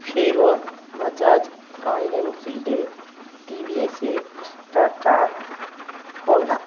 hero Bajaj Royal Enfield TVS Tata Honda